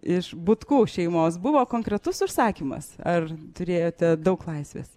iš butkų šeimos buvo konkretus užsakymas ar turėjote daug laisvės